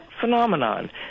phenomenon